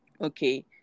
Okay